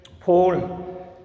Paul